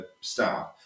staff